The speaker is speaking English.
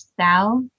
south